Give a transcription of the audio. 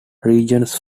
regions